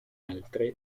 altre